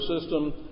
system